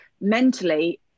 mentally